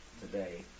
today